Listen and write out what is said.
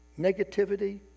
negativity